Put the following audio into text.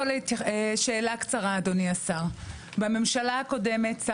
האמת היא שזו לא שאלה, אני